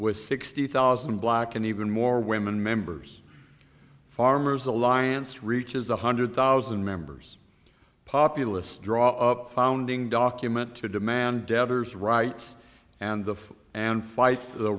with sixty thousand black and even more women members farmers alliance reaches one hundred thousand members populists draw up founding document to demand debtors rights and the food and fight